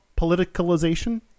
politicalization